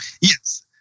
Yes